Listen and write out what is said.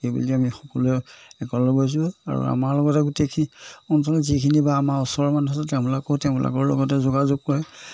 সেইবুলি আমি সকলোৱে একলগ গৈছোঁ আৰু আমাৰ লগতে গোটেইখিনি অঞ্চলত যিখিনি বা আমাৰ ওচৰৰ মানুহ আছে তেওঁলোকেও তেওঁলোকৰ লগতে যোগাযোগ কৰে